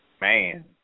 Man